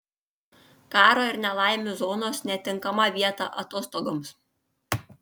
karo ir nelaimių zonos netinkama vieta atostogoms